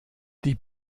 die